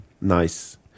Nice